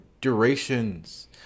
durations